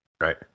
Right